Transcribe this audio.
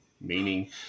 meaning